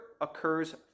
occurs